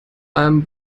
allem